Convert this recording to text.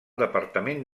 departament